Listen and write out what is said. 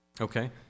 Okay